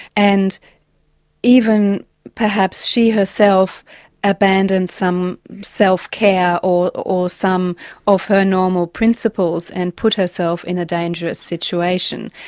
and even perhaps she herself abandoned some self-care or or some of her normal principles and put herself in a dangerous situation.